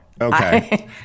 Okay